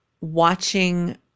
watching